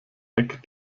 heck